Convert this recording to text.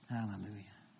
Hallelujah